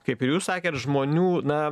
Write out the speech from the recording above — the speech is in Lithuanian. kaip ir jūs sakėt žmonių na